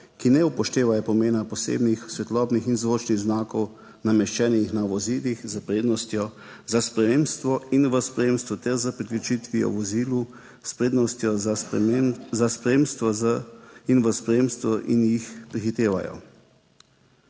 ki ne upoštevajo pomena posebnih svetlobnih in zvočnih znakov, nameščenih na vozilih s prednostjo za spremstvo in v spremstvu ter s priključitvijo vozilu s prednostjo za spremstvo in v spremstvu in jih prehitevajo.